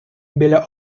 біля